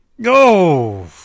Go